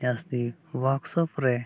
ᱡᱟᱹᱥᱛᱤ ᱨᱮ